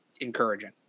encouraging